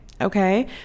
okay